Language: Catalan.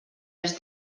els